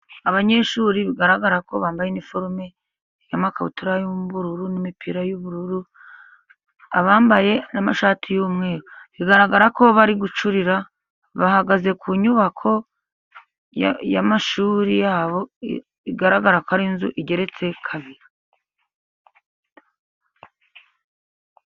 Abanyeshuri bigaragara ko bambaye iniforume y'amakabutura y'ubururu n'imipira y'ubururu. Abambaye n'amashati y'umweru, bigaragara ko bari gucurira bahagaze ku nyubako y'amashuri yabo, igaragara ko ari inzu igeretse kabiri.